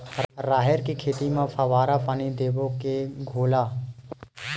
राहेर के खेती म फवारा पानी देबो के घोला?